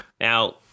Now